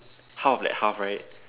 half of that half right